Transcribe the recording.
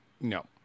No